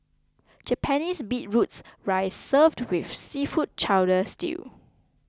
Japanese beetroots rice served with seafood chowder stew